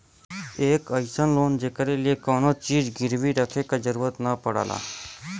एक अइसन लोन जेकरे लिए कउनो चीज गिरवी रखे क जरुरत न पड़ला